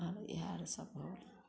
आओर इहए आओर सब भऽ गेल